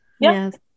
Yes